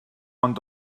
ond